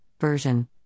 version